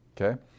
okay